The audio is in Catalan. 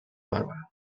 bàrbara